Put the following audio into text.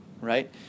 right